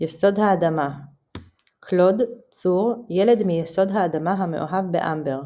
יסוד האדמה קלוד / צור – ילד מיסוד האדמה המאוהב באמבר.